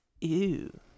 Ew